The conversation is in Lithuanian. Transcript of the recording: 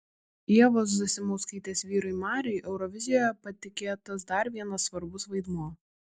ievos zasimauskaitės vyrui mariui eurovizijoje patikėtas dar vienas svarbus vaidmuo